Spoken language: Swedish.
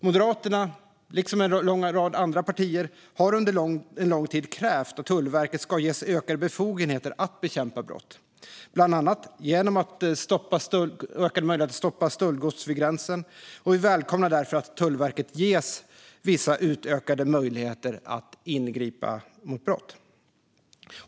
Moderaterna liksom en lång rad andra partier har under lång tid krävt att Tullverket ska ges ökade befogenheter att bekämpa brott, bland annat genom ökade möjligheter att stoppa stöldgods vid gränsen. Vi välkomnar därför att Tullverket ges vissa utökade möjligheter att ingripa mot brott.